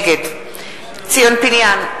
נגד ציון פיניאן,